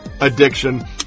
addiction